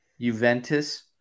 Juventus